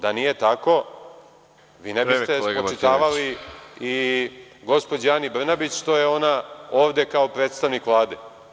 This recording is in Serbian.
Da nije tako vi ne biste spočitavali i gospođi Ani Brnabić što je ona ovde kao predstavnik Vlade.